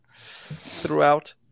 throughout